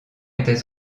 était